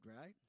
right